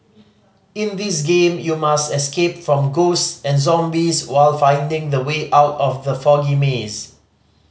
in this game you must escape from ghosts and zombies while finding the way out from the foggy maze